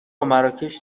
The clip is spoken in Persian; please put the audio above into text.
مراکش